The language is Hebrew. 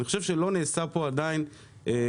אבל אני חושב שלא נעשה פה עדיין מספיק